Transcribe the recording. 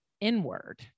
inward